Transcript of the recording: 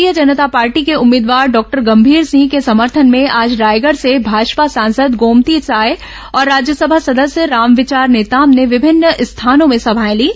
भारतीय जनता पार्टी के उम्मीदवार डॉक्टर गंभीर सिंह के समर्थन में आज रायगढ़ से भाजपा सांसद गोमती साय और राज्यसभा सदस्य रामविचार नेताम ने विभिन्न स्थानों में सभाए लीं